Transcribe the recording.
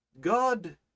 God